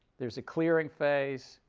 there's a clearing phase,